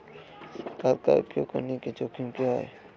Credit card का उपयोग करने के जोखिम क्या हैं?